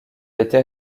été